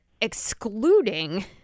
excluding